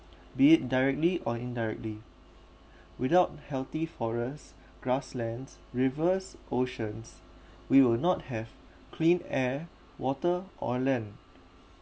be it directly or indirectly without healthy forests grasslands rivers oceans we will not have clean air water or land